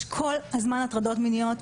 יש כל הזמן הטרדות מיניות,